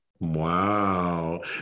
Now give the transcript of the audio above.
wow